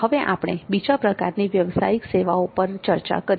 હવે આપણે બીજા પ્રકારની વ્યવસાયીક સેવાઓ પર ચર્ચા કરીએ